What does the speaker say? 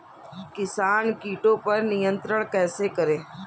किसान कीटो पर नियंत्रण कैसे करें?